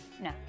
No